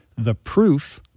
theproof